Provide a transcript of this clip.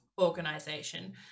organization